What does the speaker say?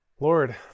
Lord